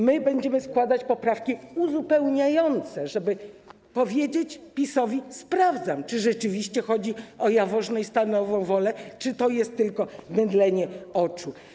My będziemy składać poprawki uzupełniające, tak żeby powiedzieć PiS-owi: sprawdzam, czy rzeczywiście chodzi o Jaworzno i Stalową Wolę, czy to jest tylko mydlenie oczu.